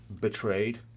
betrayed